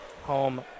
home